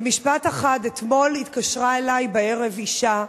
ומשפט אחד: אתמול התקשרה אלי בערב אשה מתל-ברוך,